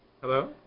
Hello